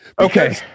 okay